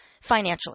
financially